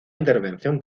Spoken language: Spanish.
intervención